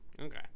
Okay